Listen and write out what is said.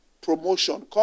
promotion